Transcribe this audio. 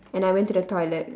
and I went to the toilet